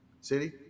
City